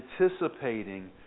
anticipating